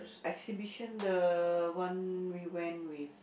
exhibition the one we went with